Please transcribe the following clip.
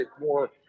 more